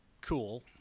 cool